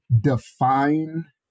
define